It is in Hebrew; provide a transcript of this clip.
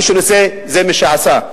מי שנושא זה מי שעשה,